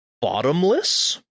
bottomless